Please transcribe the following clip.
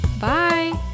Bye